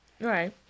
Right